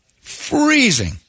Freezing